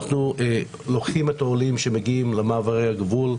אנחנו לוקחים את העולים שמגיעים למעברי הגבול,